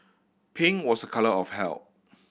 pink was a colour of health